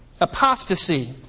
apostasy